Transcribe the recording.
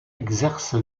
exerce